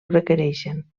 requereixen